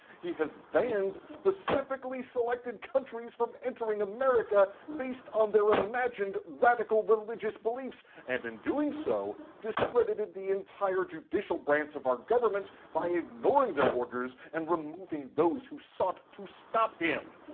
he has banned specifically selected countries from entering america based on their imagined radical religious beliefs, and in doing so, discredited the entire judicial branch of our government by ignoring their orders and removing those who sought to stop him.